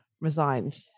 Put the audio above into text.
resigned